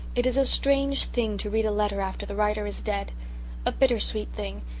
it is a strange thing to read a letter after the writer is dead a bitter-sweet thing,